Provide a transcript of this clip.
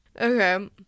okay